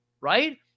right